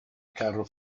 carro